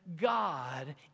God